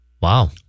Wow